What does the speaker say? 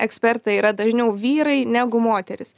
ekspertai yra dažniau vyrai negu moterys